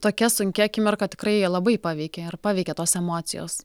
tokia sunki akimirka tikrai labai paveikia ir paveikia tos emocijos